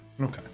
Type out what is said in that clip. Okay